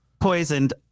poisoned